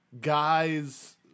guy's